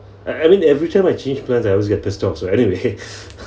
I I mean every time I change plans I always get pissed off so anyway